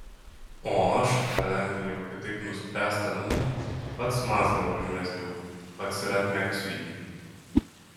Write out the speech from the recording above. o aš kadangi jau kitaip nuspręsta nūn pats mazgą užmezgiau pats ir atmegsiu jį